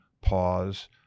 pause